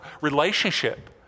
relationship